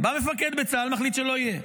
בא מפקד בצה"ל ומחליט שהוא לא יהיה.